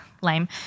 lame